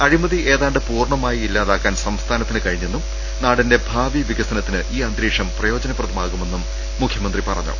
അഴിമതി ഏതാണ്ട് പൂർണമായി ഇല്ലാതാക്കാൻ സംസ്ഥാനത്തിന് കഴിഞ്ഞെന്നും നാടിന്റെ ഭാവി വികസനത്തിന് ഈ അന്തരീക്ഷം പ്രയോജനപ്രദമാകുമെന്നും മുഖ്യമന്ത്രി പറഞ്ഞു